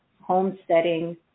homesteading